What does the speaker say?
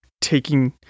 taking